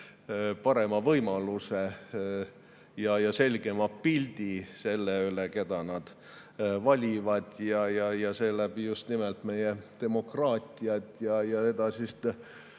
parema võimaluse ja selgema pildi sellest, keda nad valivad, ja selle kaudu just nimelt meie demokraatiat ja edasist